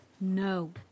No